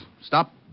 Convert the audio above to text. stop